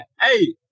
Hey